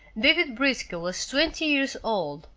david briscoe was twenty years old,